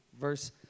verse